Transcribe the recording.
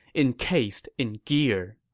encased in gear?